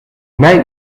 mei